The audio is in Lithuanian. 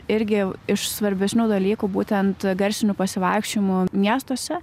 irgi iš svarbesnių dalykų būtent garsinių pasivaikščiojimų miestuose